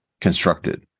constructed